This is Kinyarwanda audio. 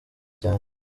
cyane